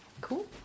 Cool